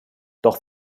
doch